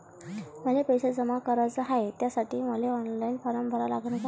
मले पैसे जमा कराच हाय, त्यासाठी मले ऑनलाईन फारम भरा लागन का?